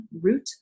root